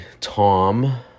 Tom